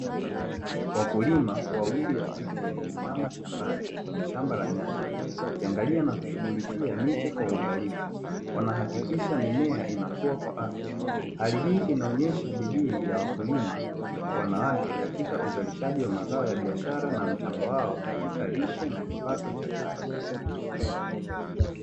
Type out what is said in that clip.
Wakulima wawili wa kike wamesimama shambani kwenye shamba la nyanya wakiangalia na kushughulikia miche kwa uangalifu, wanahakikisha mimea inakuwa kwa afya hali hii inaonyesha bidii ya wakulima wanawake katika uzalishaji wa mazao ya biashara na mchango wao katika lishe na kipato cha kaya.